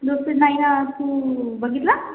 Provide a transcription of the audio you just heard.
low speed नाही ना तू बघितला